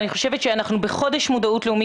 אני חושבת שאנחנו בחודש מודעות לאומי